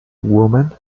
woman